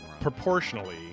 proportionally